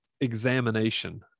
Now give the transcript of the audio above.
examination